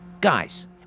Guys